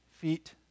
feet